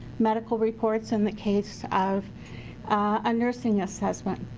medical reports in the case of a nursing assessment.